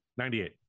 98